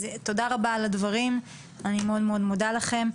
אז תודה רבה על הדברים, אני מאוד מאוד מודה לכם.